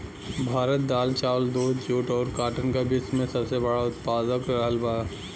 भारत दाल चावल दूध जूट और काटन का विश्व में सबसे बड़ा उतपादक रहल बा